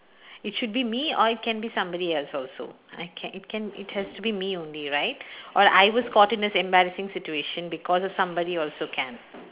it should be me or it can be somebody else also or it can it has to be me only right or I was caught in this embarrassing situation because of somebody also can